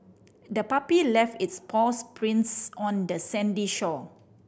the puppy left its paw prints on the sandy shore